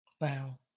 Wow